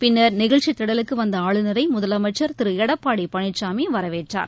பின்னர் நிகழ்ச்சி திடலுக்கு வந்த ஆளுநரை முதலமைச்சர் திரு எடப்பாடி பழனிசாமி வரவேற்றார்